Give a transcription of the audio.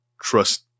trust